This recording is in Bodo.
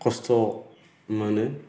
खस्थ' मोनो